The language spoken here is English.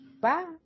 Bye